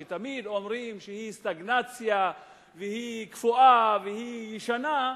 שתמיד אומרים שהיא בסטגנציה והיא קפואה והיא ישנה,